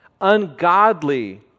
ungodly